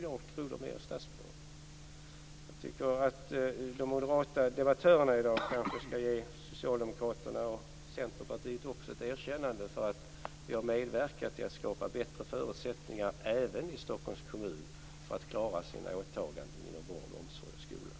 Jag tycker kanske att de moderata debattörerna i dag skall ge Socialdemokraterna och också Centerpartiet ett erkännande för att vi har medverkat till att skapa bättre förutsättningar, även i Stockholms kommun, för att klara åtagandena inom vård, omsorg och skola.